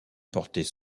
portaient